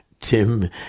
Tim